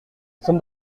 sont